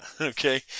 okay